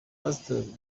pasiteri